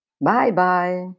Bye-bye